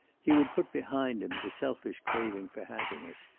he would put behind him the selfish craving for happiness,